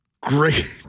Great